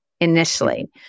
initially